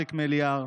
אריק מליאר,